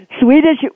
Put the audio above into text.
Swedish